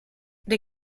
die